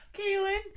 Kaylin